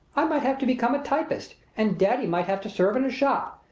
i might have to become a typist and daddy might have to serve in a shop.